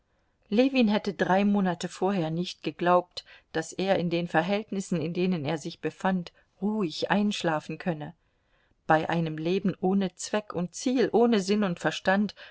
ljewin hätte drei monate vorher nicht geglaubt daß er in den verhältnissen in denen er sich befand ruhig einschlafen könne bei einem leben ohne zweck und ziel ohne sinn und verstand